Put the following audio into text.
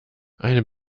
eine